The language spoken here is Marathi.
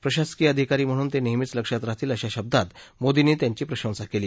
प्रशासकीय अधिकारी म्हणून ते नेहमीच लक्षात राहतील अशा शब्दात मोदींनी त्यांची प्रशंसा केली